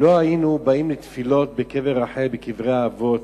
לא היינו באים לתפילות בקבר רחל, בקברי האבות,